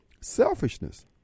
Selfishness